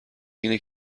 اینه